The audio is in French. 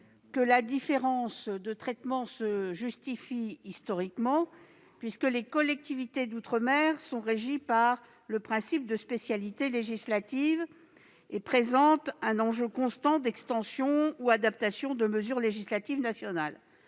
que la différence de traitement se justifie historiquement, puisque les collectivités d'outre-mer sont régies par le principe de spécialité législative, et elle présente un enjeu constant d'extension ou d'adaptation de mesures législatives nationales.